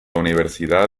universidad